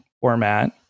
format